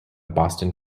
boston